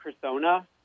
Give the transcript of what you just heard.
persona